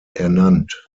ernannt